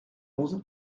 onze